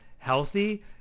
healthy